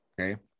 Okay